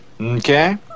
okay